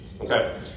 Okay